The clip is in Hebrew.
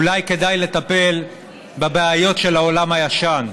אולי כדאי לטפל בבעיות של העולם הישן.